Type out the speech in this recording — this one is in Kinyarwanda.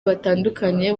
batandukanye